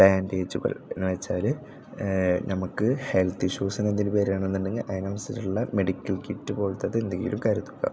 ബാൻഡേജുകൾ എന്ന് വെച്ചാൽ നമുക്ക് ഹെൽത്ത് ഇഷ്യൂസിനെന്തെങ്കിലും വരികയാണെന്നുണ്ടെങ്കിൽ അതിനനുസരിച്ചിട്ടുള്ള മെഡിക്കൽ കിറ്റ് പോലത്തതെന്തെങ്കിലും കരുതുക